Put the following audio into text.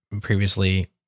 previously